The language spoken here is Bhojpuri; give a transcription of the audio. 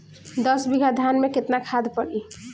दस बिघा धान मे केतना खाद परी?